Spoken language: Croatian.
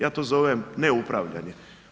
Ja to zovem neupravljanje.